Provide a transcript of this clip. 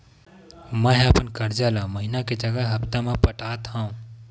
मेंहा अपन कर्जा ला महीना के जगह हप्ता मा पटात हव